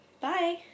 Bye